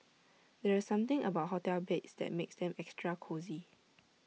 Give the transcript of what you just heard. there's something about hotel beds that makes them extra cosy